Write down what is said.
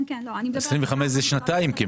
זה שנתיים.